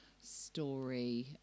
story